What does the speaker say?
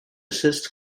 assist